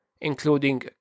including